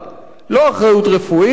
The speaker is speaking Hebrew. לא אחריות שיקומית,